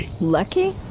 Lucky